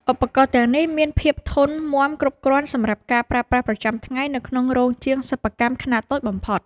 ឧបករណ៍ទាំងនេះមានភាពធន់មាំគ្រប់គ្រាន់សម្រាប់ការប្រើប្រាស់ប្រចាំថ្ងៃនៅក្នុងរោងជាងសិប្បកម្មខ្នាតតូចបំផុត។